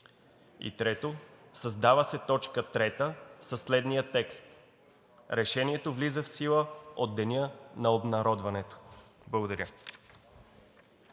г.“ 3. Създава се т. 3 със следния текст: „Решението влиза в сила от деня на обнародването.“ Благодаря.